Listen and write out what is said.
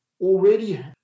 already